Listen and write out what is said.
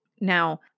Now